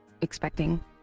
expecting